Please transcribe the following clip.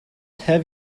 have